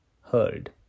heard